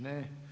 Ne.